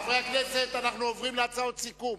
חברי הכנסת, אנחנו עוברים להצעות סיכום.